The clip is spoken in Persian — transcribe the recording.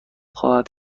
خواهد